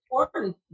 important